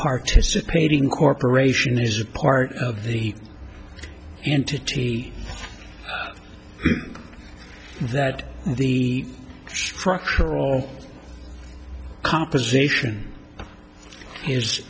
participating corporation is a part of the entity that the structural composition is